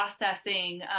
processing